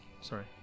sorry